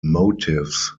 motifs